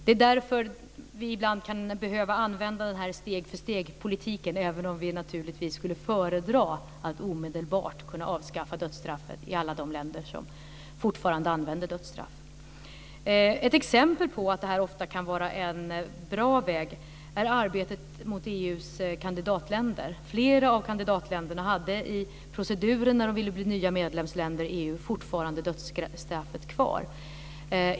Det är därför som vi ibland kan behöva använda den här steg-för-steg-politiken, även om vi naturligtvis skulle föredra att omedelbart kunna avskaffa dödsstraffet i alla de länder som fortfarande använder dödsstraff. Ett exempel på att det här ofta kan vara en bra väg är arbetet gentemot EU:s kandidatländer. Flera av kandidatländerna hade i proceduren, när de ville bli nya medlemsländer i EU, fortfarande dödsstraffet kvar.